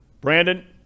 Brandon